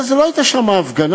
הרי זו לא הייתה שם הפגנה.